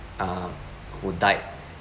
um who died